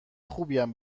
خوبیم